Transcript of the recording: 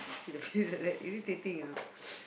see the peas like that irritating ah